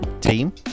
team